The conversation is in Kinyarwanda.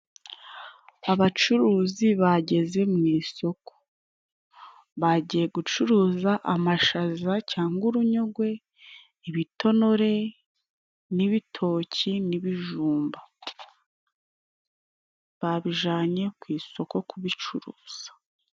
Abacuruzi bageze mu isoko. Bagiye gucuruza amashaza, urunyogwe, ibitonore, ibitoki n'ibijumba. Babijyanye ku isoko kubicuruza.